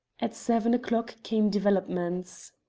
at seven o'clock came developments.